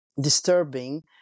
disturbing